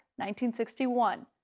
1961